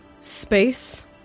space